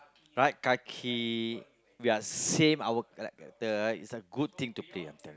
right kaki we are same our like like the it's like good thing to Play I'm tell